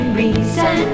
reason